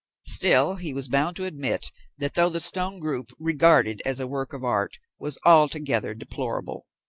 still, he was bound to admit that though the stone group, regarded as a work of art, was altogether deplorable,